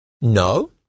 No